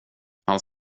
han